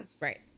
right